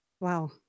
Wow